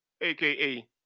aka